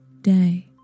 day